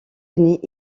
unis